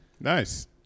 Nice